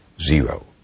zero